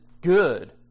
good